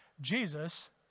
Jesus